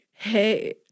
Hey